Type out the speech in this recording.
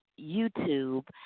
YouTube